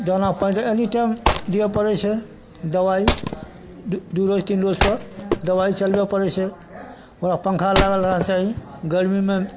दाना पानि any time दिअ पड़ैत छै दबाइ दू रोज तीन रोज पर दबाइ चलबऽ पड़ैत छै ओकरा पङ्खा लागल रहऽके चाही गर्मीमे